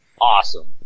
awesome